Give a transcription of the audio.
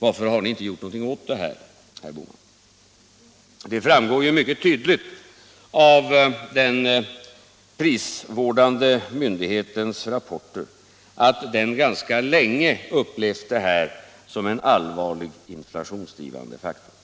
Varför har ni inte gjort något åt detta, herr Bohman? Det framgår ju mycket tydligt av den prisvårdande myndighetens rapporter att den ganska länge upplevt det här som en allvarlig inflationsdrivande faktor.